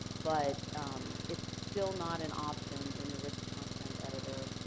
but it's still not an option in the rich content editor,